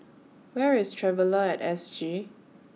Where IS Traveller At S G